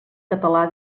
català